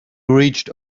reached